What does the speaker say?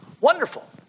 wonderful